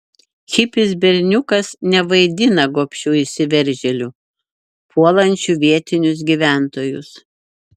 hipis berniukas nevaidina gobšių įsiveržėlių puolančių vietinius gyventojus